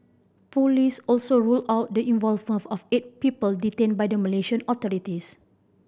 police also ruled out the involvement of eight people detained by the Malaysian authorities